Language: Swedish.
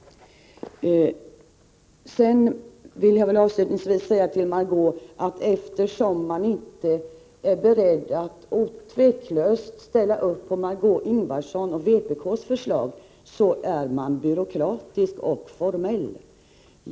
Enligt Margö Ingvardsson är man byråkratisk och formell om man inte är beredd att tveklöst ställa upp på vpk:s förslag.